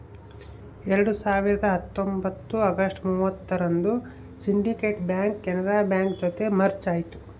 ಎರಡ್ ಸಾವಿರದ ಹತ್ತೊಂಬತ್ತು ಅಗಸ್ಟ್ ಮೂವತ್ತರಂದು ಸಿಂಡಿಕೇಟ್ ಬ್ಯಾಂಕ್ ಕೆನರಾ ಬ್ಯಾಂಕ್ ಜೊತೆ ಮರ್ಜ್ ಆಯ್ತು